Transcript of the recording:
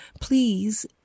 please